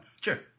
Sure